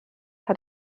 hat